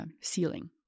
ceiling